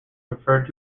referred